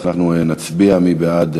אנחנו נצביע, מי בעד?